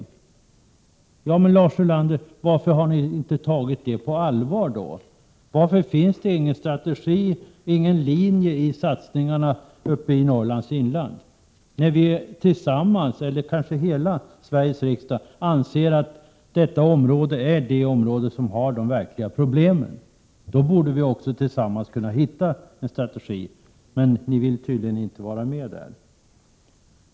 Men varför har ni inte tagit detta på allvar då, Lars Ulander? Varför finns det ingen strategi i satsningarna när det gäller Norrlands inland? Hela Sveriges riksdag anser att detta område har de verkligt stora problemen. Tillsammans borde vi kunna hitta en strategi, men ni vill tydligen inte vara med.